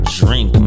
drink